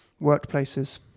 workplaces